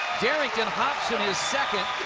like and hobson, his second.